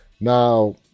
Now